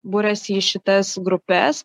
buriasi į šitas grupes